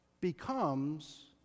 becomes